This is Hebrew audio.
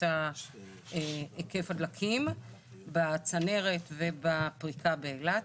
היקף הדלקים בצנרת ובפריקה באילת.